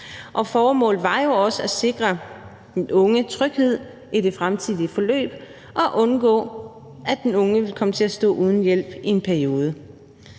formålet var jo også at sikre den unge tryghed i det fremtidige forløb og at undgå, at den unge kom til at stå uden hjælp i en periode.